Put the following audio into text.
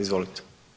Izvolite.